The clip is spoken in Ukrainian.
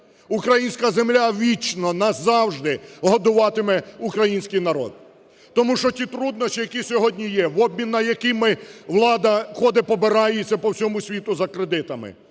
Українська земля вічна назавжди годуватиме український народ. Тому що ті труднощі, які сьогодні є, в обмін на які ми... влада ходить побирається по всьому світу за кредитами,